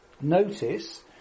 Notice